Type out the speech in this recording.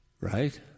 Right